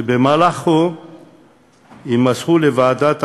שבמהלכן יימסרו לוועדת העבודה,